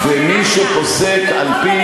ואוי לה לדמוקרטיה שאין בה בית-משפט עליון.